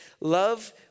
love